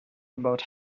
about